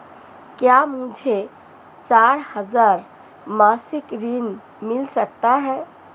क्या मुझे चार हजार मासिक ऋण मिल सकता है?